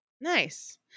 Nice